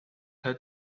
her